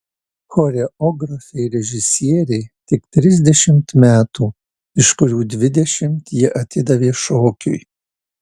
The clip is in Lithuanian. choreografei režisierei tik trisdešimt metų iš kurių dvidešimt ji atidavė šokiui